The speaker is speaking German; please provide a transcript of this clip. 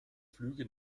flüge